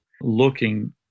looking